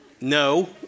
no